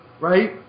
right